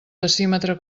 decímetre